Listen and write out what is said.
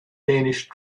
danish